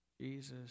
Jesus